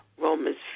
Romans